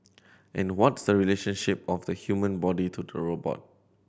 and what's the relationship of the human body to the robot